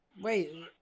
Wait